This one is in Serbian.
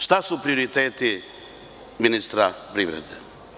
Šta su prioriteti ministra privrede?